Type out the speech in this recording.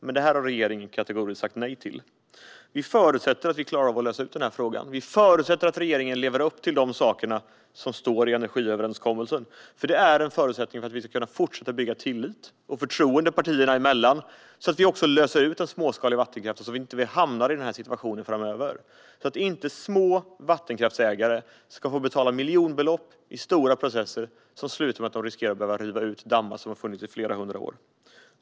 Men det har regeringen kategoriskt sagt nej till. Vi förutsätter att man klarar av att lösa ut denna fråga. Vi förutsätter att regeringen lever upp till det som står i energiöverenskommelsen. Det är en förutsättning för att vi ska kunna fortsätta att bygga tillit och förtroende partierna emellan. Då måste vi lösa ut den småskaliga vattenkraften så att vi inte hamnar i denna situation framöver. Små vattenkraftsägare ska inte behöva betala miljonbelopp i stora processer som slutar med att de riskerar att behöva riva dammar som har funnits i flera hundra år.